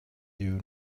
you